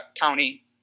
county